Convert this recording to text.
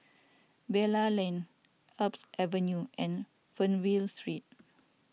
Bilal Lane Alps Avenue and Fernvale Street